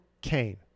Kane